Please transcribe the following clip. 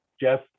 Jeff